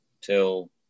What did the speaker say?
till